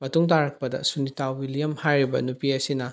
ꯃꯇꯨꯡ ꯇꯥꯔꯛꯄꯗ ꯁꯨꯅꯤꯇꯥ ꯋꯤꯂꯤꯌꯝ ꯍꯥꯏꯔꯤꯕ ꯅꯨꯄꯤ ꯑꯁꯤꯅ